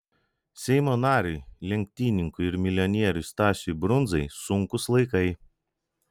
seimo nariui lenktynininkui ir milijonieriui stasiui brundzai sunkūs laikai